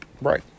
Right